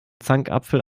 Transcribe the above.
zankapfel